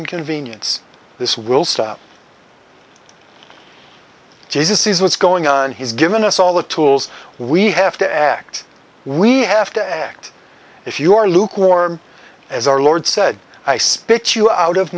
and convenience this will stop jesus sees what's going on he's given us all the tools we have to act we have to act if you are lukewarm as our lord said i spit you out of